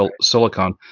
silicon